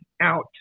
out